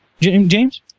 James